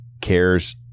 cares